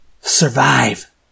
Survive